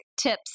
tips